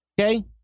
Okay